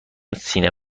سینه